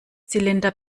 zylinder